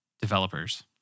developers